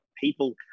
people